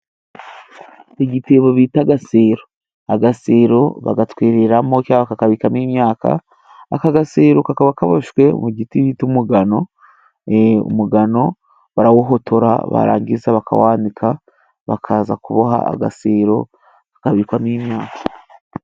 Igitebo bita agasero, agasero bagatwereramo cyangwa bakabikamo imyaka, aka gasero kakaba kaboshywe mu giti bita umugano. Umugano barawuhotora barangiza bakawanika, bakaza kuboha agasero kabikwamo imyaka.